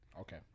okay